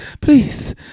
please